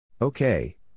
Okay